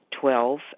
Twelve